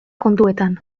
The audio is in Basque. kontuetan